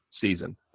season